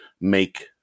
make